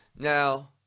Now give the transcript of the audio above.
Now